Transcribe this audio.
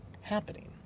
happening